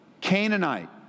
Canaanite